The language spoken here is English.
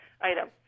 item